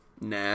nah